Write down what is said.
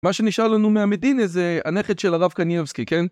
מה שנשאר לנו מהמדינה זה הנכד של הרב קנייבסקי, כן?